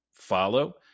follow